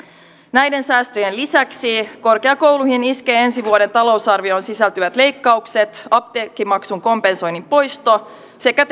näiden säästöjen lisäksi korkeakouluihin iskee ensi vuoden talousarvioon sisältyvät leikkaukset apteekkimaksun kompensoinnin poisto sekä